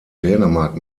dänemark